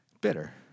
bitter